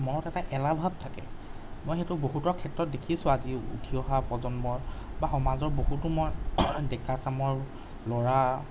মনত এটা এলাহ ভাব থাকে মই সেইটো বহুতৰ ক্ষেত্ৰত দেখিছোঁ আজিও উঠি অহা প্ৰজন্মৰ বা সমাজৰ বহুতো মই ডেকাচামৰ ল'ৰা